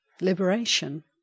liberation